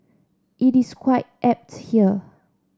it is quite apt here